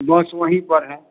बस वहीं पर है